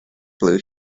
blue